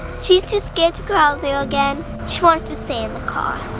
she's too scared to go out there again. she wants to stay in the car.